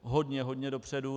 Hodně, hodně dopředu.